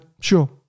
Sure